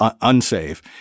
unsafe